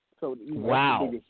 Wow